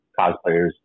cosplayers